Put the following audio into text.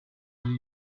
wari